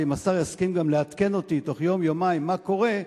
ואם השר יסכים גם לעדכן אותי בתוך יום-יומיים מה קורה,